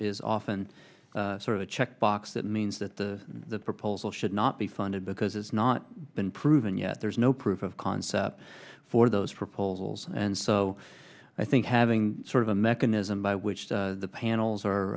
is often sort of a checkbox that means that the proposal should not be funded because it's not been proven yet there's no proof of concept for those proposals and so i think having sort of a mechanism by which the panels or